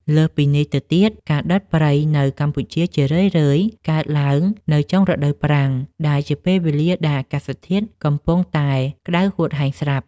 លើសពីនេះទៅទៀត ការដុតព្រៃនៅកម្ពុជាជារឿយៗកើតឡើងនៅចុងរដូវប្រាំង ដែលជាពេលវេលាដែលអាកាសធាតុកំពុងតែក្ដៅហួតហែងស្រាប់។